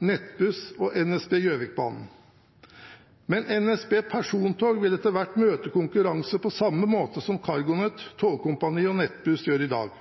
Nettbuss og NSB Gjøvikbanen. Men NSB Persontog vil etter hvert møte konkurranse på samme måte som CargoNet, Tågkompaniet og Nettbuss gjør det i dag.